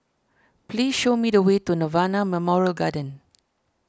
please show me the way to Nirvana Memorial Garden